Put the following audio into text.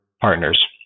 partners